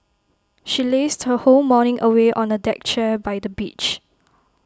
she lazed her whole morning away on A deck chair by the beach